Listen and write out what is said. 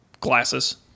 glasses